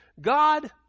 God